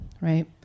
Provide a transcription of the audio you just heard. right